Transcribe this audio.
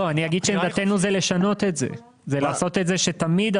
זה לא רוצה שישתנה.